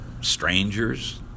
strangers